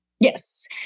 Yes